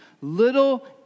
little